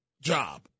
job